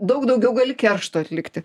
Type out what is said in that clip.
daug daugiau gali keršto atlikti